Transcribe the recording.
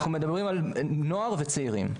אנחנו מדברים על נוער וצעירים.